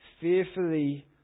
fearfully